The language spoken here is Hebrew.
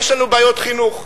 יש לנו בעיות חינוך.